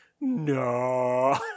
No